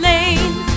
Lane